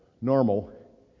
normal